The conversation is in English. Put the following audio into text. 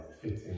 fitting